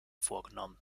vorgenommen